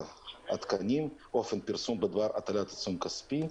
התקנים (אופן פרסום בדבר הטלת עיצום כספי),